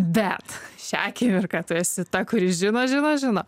bet šią akimirką tu esi ta kuri žino žino žino